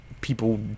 people